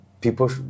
people